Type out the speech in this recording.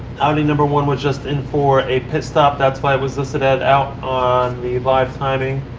audi number one was just in for a pit stop. that's why it was listed as out on the live timing.